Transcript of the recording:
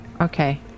okay